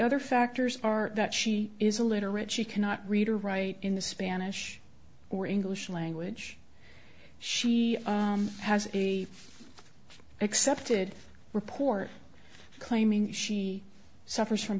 other factors are that she is a literate she cannot read or write in the spanish or english language she has a excepted report claiming she suffers from